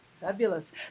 Fabulous